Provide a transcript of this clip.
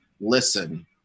listen